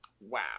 Wow